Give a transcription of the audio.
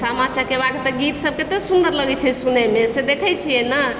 सामा चकेबाके तऽ गीत सब कते सुन्दर लगय छै सुनयमे से देखय छियै ने